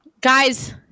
Guys